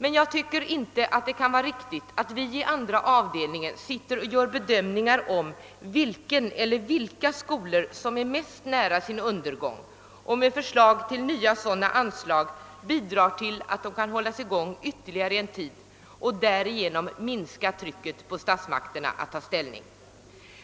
Men jag tycker inte att det kan vara riktigt, att vi i andra avdelningen sitter och gör bedömningar om vilken eller vilka skolor som är mest nära sin undergång och med förslag till anslag åt dem bidrar till att de kan hållas i gång ytterligare en tid, varigenom man minskar trycket på statsmakterna att ta ställning.